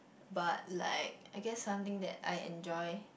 but like I guess something that I enjoy